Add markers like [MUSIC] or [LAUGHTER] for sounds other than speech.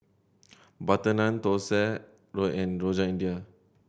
butter naan thosai [UNINTELLIGIBLE] and Rojak India